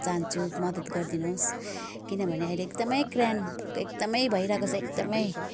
चाहन्छु मदत गरिदिनुहोस् किनभने अहिले एकदमै क्राइम एकदमै भइरहेको छ एकदमै